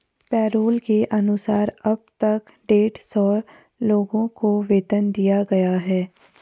payroll के अनुसार अब तक डेढ़ सौ लोगों को वेतन दिया गया है